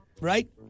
right